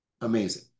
amazing